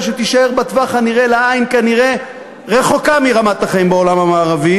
שכנראה תישאר בטווח הנראה לעין רחוקה מרמת החיים בעולם המערבי,